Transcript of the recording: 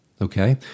Okay